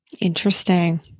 Interesting